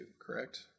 Correct